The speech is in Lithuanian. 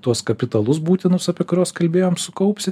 tuos kapitalus būtinus apie kuriuos kalbėjom sukaupsi